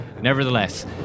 nevertheless